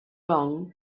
long